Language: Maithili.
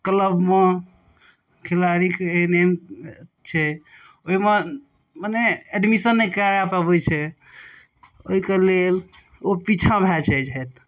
क्लवमे खेलाड़ीके एहन एहन छै ओइमे मने एडमिशन नहि करा पाबै छै ओइके लेल ओ पीछा भए जाइ छथि